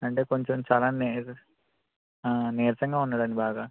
అంటే కొంచెం చాలా నీరసంగా ఉన్నాడండి బాగా